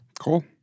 Cool